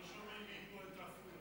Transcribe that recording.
לא שומעים מפה את עפולה.